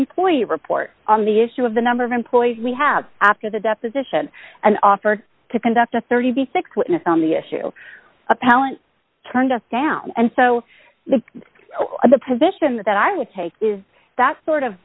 employee report on the issue of the number of employees we have after the deposition and offered to conduct a thirty six witness on the issue appellant turned us down and so the position that i would take is that sort of